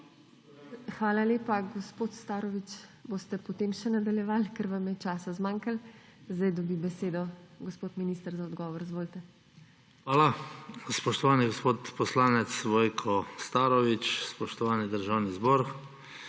Hvala lepa, gospod Starović. Boste še potem nadaljevali, ker vam je časa zmanjkalo. Zdaj dobi besedo gospod minister za odgovor. Izvolite. ZDRAVKO POČIVALŠEK: Hvala. Spoštovani gospod poslanec Vojko Starović, spoštovani Državni zbor,